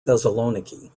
thessaloniki